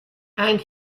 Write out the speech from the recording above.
and